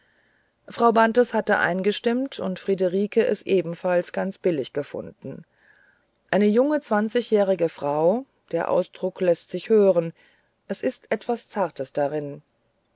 frau bantes hatte eingestimmt und friederike es ebenfalls ganz billig gefunden eine junge zwanzigjährige frau der ausdruck läßt sich hören es ist etwas zartes darin